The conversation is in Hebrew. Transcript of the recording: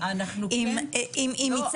מה עם בתי ספר יסודיים?